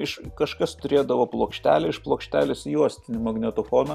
iš kažkas turėdavo plokštelę iš plokštelės į juostinį magnetofoną